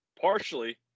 partially